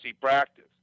practice